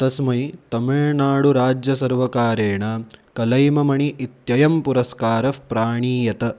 तस्मै तमिळ्नाडुराज्यसर्वकारेण कलैमामणि इत्ययं पुरस्कारः प्राणीयत